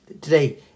Today